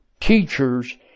teachers